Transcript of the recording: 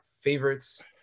favorites